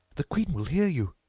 the queen will hear you!